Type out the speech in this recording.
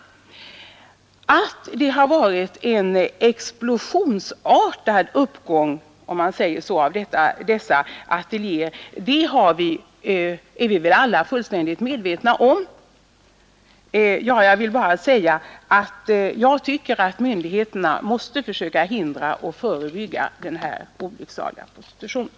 Att det har varit en explosionsartad uppgång av antalet poseringsateljéer är vi väl alla fullständigt medvetna om, och jag anser att myndigheterna måste försöka hindra och förebygga den här olycksaliga prostitutionen.